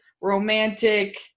romantic